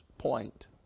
point